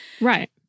right